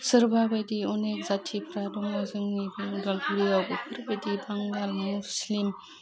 सोरबा बायदि अनेक जाथिफ्रा दङ जोंनि उदालगुरियाव बेफोरबायदि बांगाल मुस्लिम